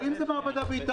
אבל אם זה מעבדה באיטליה?